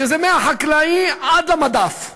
שזה מהחקלאי עד למדף.